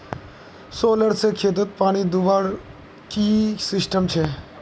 Solar से खेतोत पानी दुबार की सिस्टम छे?